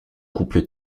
couple